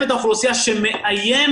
לצמצם את האוכלוסייה שמאיימת,